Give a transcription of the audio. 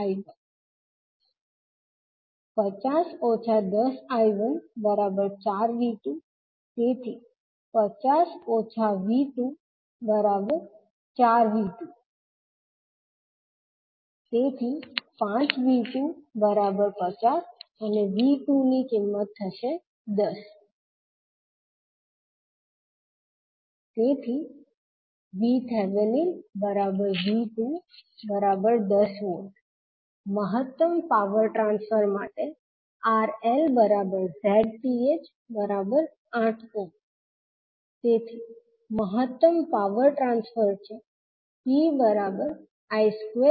1V2V210I1 50 10I14V2⇒50 V24V2 5V250⇒V210 તેથી VThV210V મહત્તમ power transfer માટે 𝑅𝐿 𝑍𝑇ℎ 8𝛺 તેથી મહત્તમ પાવર ટ્રાન્સફર છે PI2RL2RL3